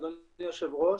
אדוני היושב ראש,